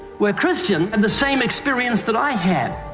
where christian had the same experience that i had.